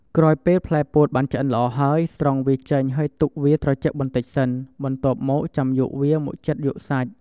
ក្រោយពេលផ្លែពោតបានឆ្អិនល្អហើយ ស្រង់វាចេញហើយទុកវាត្រជាក់បន្ដិចសិន បន្ទាប់មកចាំយកវាមកចិតយកសាច់។